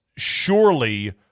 surely